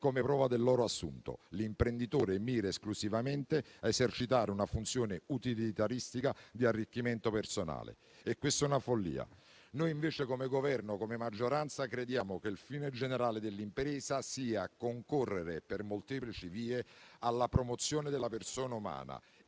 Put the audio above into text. come prova del loro assunto. L'imprenditore mira esclusivamente a esercitare una funzione utilitaristica di arricchimento personale e questa è una follia. Noi invece, come Governo e maggioranza, crediamo che il fine generale dell'impresa sia concorrere per molteplici vie alla promozione della persona umana